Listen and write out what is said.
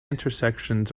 intersections